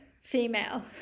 female